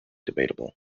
debatable